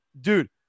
dude